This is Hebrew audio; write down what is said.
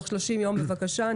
כאמור,